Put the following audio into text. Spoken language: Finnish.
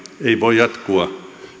ei voi jatkua